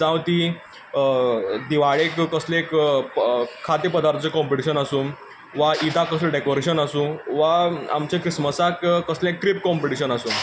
जावं तीं दिवाळेक कसली एक खाद्यप्रदार्थाचें कॉम्पटिशन आसूं वा ईदाक कसलें डेकोरेशन आसूं वा आमचें क्रिस्मसाक कसलें क्रीब कॉम्पटिशन आसूं